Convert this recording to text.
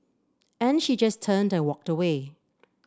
and she just turned and walked away